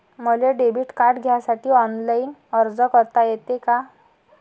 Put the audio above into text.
मले debit card घ्यासाठी online अर्ज करता येते का?